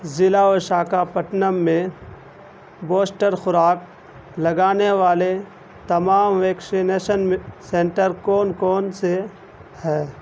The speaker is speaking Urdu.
ضلع وشاکا پٹنم میں بوسٹر خوراک لگانے والے تمام ویکسینیشن سنٹر کون کون سے ہے